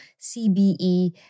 CBE